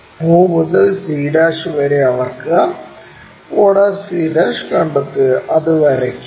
o മുതൽ c' വരെ അളക്കുക o c കണ്ടെത്തുക അത് വരയ്ക്കുക